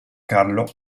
carlo